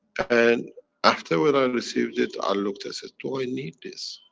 and after when i received it i looked i said, do i need this?